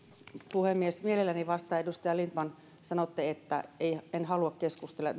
puhemies mielelläni vastaan edustaja lindtman sanoitte että en halua keskustella